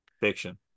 Fiction